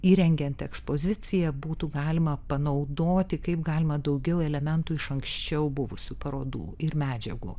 įrengiant ekspoziciją būtų galima panaudoti kaip galima daugiau elementų iš anksčiau buvusių parodų ir medžiagų